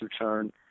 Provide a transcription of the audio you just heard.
return